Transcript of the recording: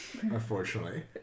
unfortunately